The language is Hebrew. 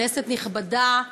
כנסת נכבדה,